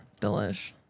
delish